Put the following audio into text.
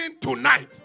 tonight